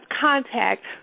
contact